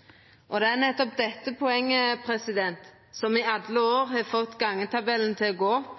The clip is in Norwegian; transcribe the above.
pleiepengar eller dagpengar ein og annan gong i løpet av livet. Det er nettopp dette poenget som i alle år har fått gangetabellen til å gå opp.